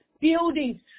buildings